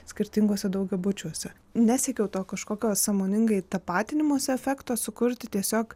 skirtinguose daugiabučiuose nesiekiau to kažkokio sąmoningai tapatinimosi efekto sukurti tiesiog